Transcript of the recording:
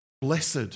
Blessed